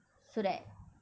so that